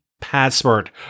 password